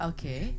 Okay